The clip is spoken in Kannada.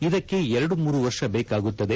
ಇದಕ್ಕೆ ಎರಡು ಮೂರು ವರ್ಷ ಬೇಕಾಗುತ್ತದೆ